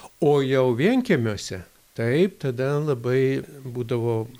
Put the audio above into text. o jau vienkiemiuose taip tada labai būdavo